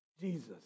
Jesus